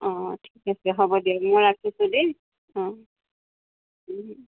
অ অ ঠিক আছে হ'ব দিয়ক মই ৰাখিছোঁ দেই অ